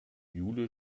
jule